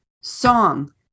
song